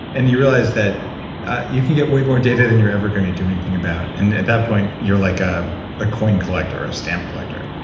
and you realize that you can get way more data than you're ever going to do anything about. and at that point, you're like ah a coin collector or a stamp collector.